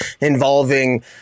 involving